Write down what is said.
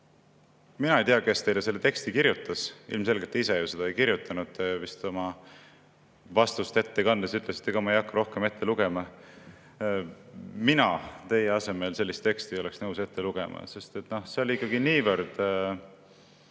Mina ei tea, kes teile selle teksti kirjutas, ilmselgelt te ise ju seda ei kirjutanud. Te vist oma vastust ette kandes ütlesite ka: ma ei hakka rohkem ette lugema. Mina teie asemel ei oleks nõus sellist teksti ette lugema, sest see oli ikkagi niivõrd